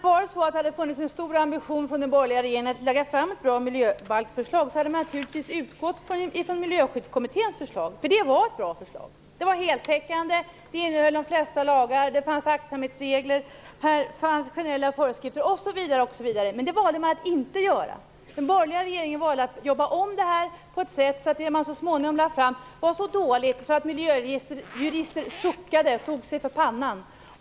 Herr talman! Om det hade funnits en stor ambition från den borgerliga regeringen att lägga fram ett bra förslag till miljöbalk hade man naturligtvis utgått från Miljöskyddskommitténs förslag. Det var ett bra förslag. Det var heltäckande. Det innehöll de flesta lagar, det fanns aktsamhetsregler och generella föreskrifter osv. Men det valde man att inte göra. Den borgerliga regeringen valde att arbeta om kommitténs förslag på ett sådant sätt att det förslag som man så småningom lade fram var så dåligt att miljöjurister suckade och tog sig för pannan.